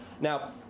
Now